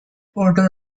auto